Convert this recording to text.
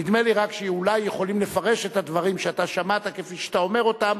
נדמה לי רק שאולי יכולים לפרש את הדברים שאתה שמעת כפי שאתה אומר אותם,